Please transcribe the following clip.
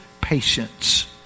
patience